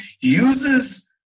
uses